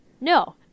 no